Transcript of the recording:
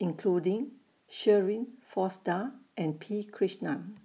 including Shirin Fozdar and P Krishnan